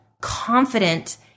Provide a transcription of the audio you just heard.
confident